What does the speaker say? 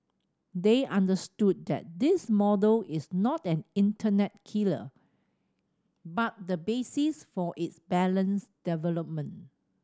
they understood that this model is not an internet killer but the basis for its balanced development